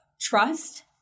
trust